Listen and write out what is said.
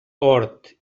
hort